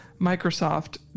Microsoft